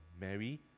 Mary